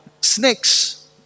snakes